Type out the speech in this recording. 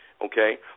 okay